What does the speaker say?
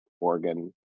organ